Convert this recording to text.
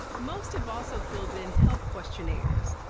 most have also filled in health questionnaires,